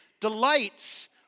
delights